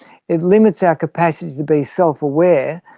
it limits our capacity to be self-aware,